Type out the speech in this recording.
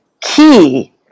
key